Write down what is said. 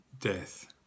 death